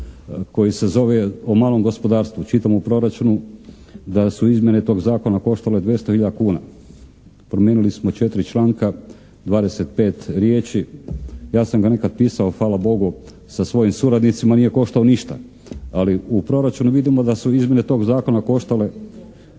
koji se zove o malom gospodarstvu. Čitam u proračunu da su izmjene tog zakona koštale 200 hiljada kuna. Promijenili smo četiri članka, 25 riječi, ja sam ga nekad pisao hvala Bogu sa svojim suradnicima, nije košta ništa, ali u proračunu vidimo da su izmjene tog zakona koštale